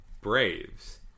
Braves